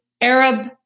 Arab